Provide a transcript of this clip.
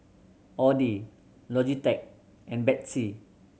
Audi Logitech and Betsy